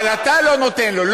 אבל אתה לא נותן לו.